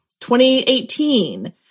2018